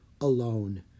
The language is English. alone